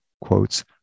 quotes